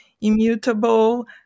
immutable